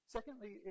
Secondly